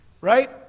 Right